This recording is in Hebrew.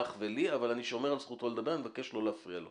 אבל אני שומר על זכותו לדבר ואני מבקש לא להפריע לו.